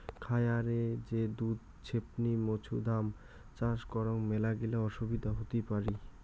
খায়ারে যে দুধ ছেপনি মৌছুদাম চাষ করাং মেলাগিলা অসুবিধা হতি পারি